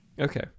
Okay